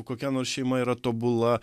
kokia nors šeima yra tobula